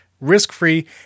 risk-free